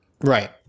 Right